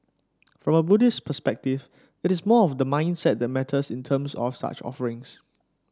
from a Buddhist perspective it is more of the mindset that matters in terms of such offerings